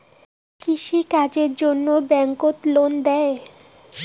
কৃষি কাজের জন্যে ব্যাংক লোন দেয়?